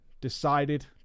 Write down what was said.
decided